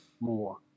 more